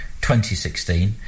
2016